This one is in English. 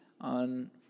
on